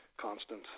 constant